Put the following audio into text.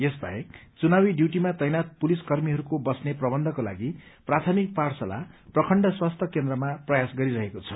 यस बाहेक चुनावी डयूटीमा तैनाथ पुलिस कर्मीहरूको बस्ने प्रबन्धका लागि प्राथमिक पाठशाला प्रखण्ड स्वस्थ्य केन्द्रमा प्रयास गरिरहेको छ